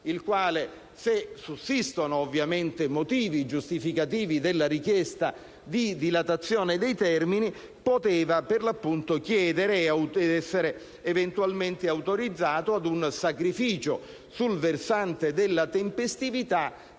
il quale, se sussistono ovviamente motivi giustificativi della richiesta di dilatazione dei termini, poteva per l'appunto chiedere ed essere eventualmente autorizzato ad un sacrificio sul versante della tempestività,